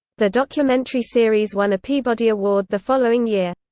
the documentary series won a peabody award the following year.